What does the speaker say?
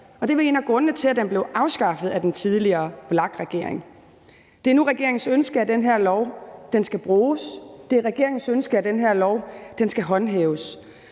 det var en af grundene til, at den blev afskaffet af den tidligere VLAK-regering. Det er nu regeringens ønske, at den her lov skal bruges. Det er regeringens ønske, at den her lov skal håndhæves.